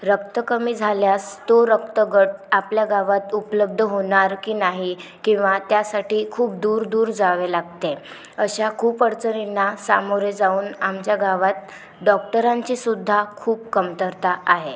रक्त कमी झाल्यास तो रक्तगट आपल्या गावात उपलब्ध होणार की नाही किंवा त्यासाठी खूप दूर दूर जावे लागते अशा खूप अडचणींना सामोरे जाऊन आमच्या गावात डॉक्टरांचीसुद्धा खूप कमतरता आहे